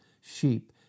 sheep